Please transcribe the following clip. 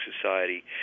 society